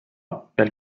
pel